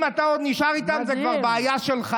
-- אם אתה עוד נשאר איתם, זה כבר בעיה שלך.